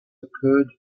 occurred